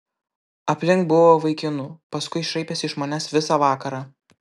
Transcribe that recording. aplink buvo vaikinų paskui šaipėsi iš manęs visą vakarą